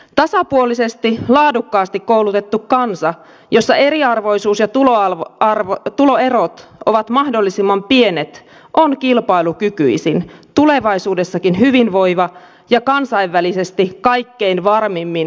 tasapuolisesti laadukkaasti koulutettu kansa jossa eriarvoisuus ja tuloerot ovat mahdollisimman pienet on kilpailukykyisin tulevaisuudessakin hyvinvoiva ja kansainvälisesti kaikkein varmimmin menestyvä